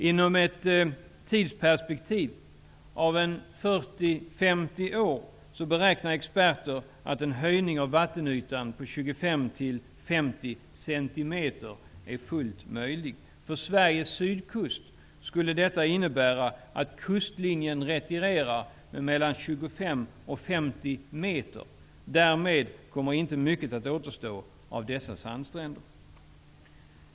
Inom ett tidsperspektiv av 40--50 år beräknar experter att en höjning av vattenytan med 25--50 cm är fullt möjlig. För Sveriges sydkust skulle detta innebära att kustlinjen retirerar med mellan 25 och 50 m. Därmed kommer inte mycket att återstå av dessa sandstränder.